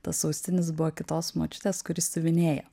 tas austinis buvo kitos močiutės kuri siuvinėja